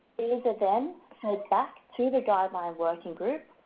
these are then heard back through the guideline working group,